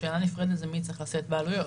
ושאלה נפרדת היא מי צריך לשאת בעלויות.